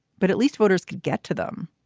but at least voters could get to them.